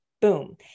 Boom